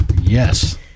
Yes